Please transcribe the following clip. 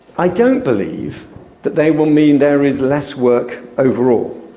i don't believe that they will mean there is less work overall.